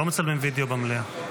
לא מצלמים וידיאו במליאה.